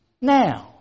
now